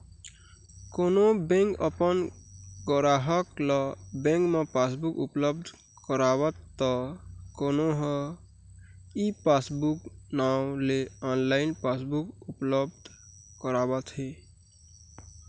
कोनो बेंक अपन गराहक ल बेंक म पासबुक उपलब्ध करावत त कोनो ह ई पासबूक नांव ले ऑनलाइन पासबुक उपलब्ध करावत हे